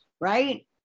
right